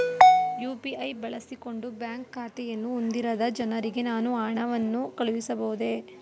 UPI ಬಳಸಿಕೊಂಡು bank ಖಾತೆಯನ್ನು ಹೊಂದಿರದ ಜನರಿಗೆ ನಾನು ಹಣವನ್ನು ಕಳುಹಿಸಬಹುದೇ?